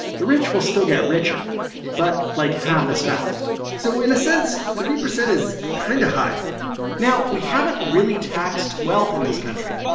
the rich will still get richer but, like, half as fast so in a sense, three percent is kind of high now, we haven't really taxed wealth in this country.